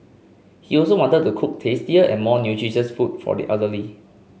he also wanted to cook tastier and more nutritious food for the elderly